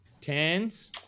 tens